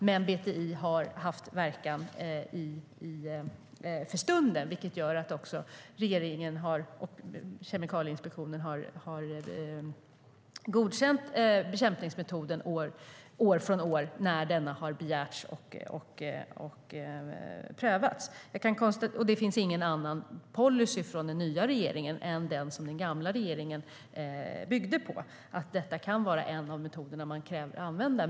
Men BTI har haft verkan för stunden, varför regeringen och Kemikalieinspektionen har godkänt bekämpningsmetoden år från år när den har begärts och prövats. Den nya regeringen har ingen annan policy än den gamla regeringens, nämligen att detta kan vara en av de metoder som kan användas.